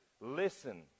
Listen